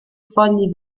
fogli